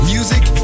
Music